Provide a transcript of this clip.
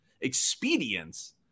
expedience